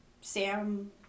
Sam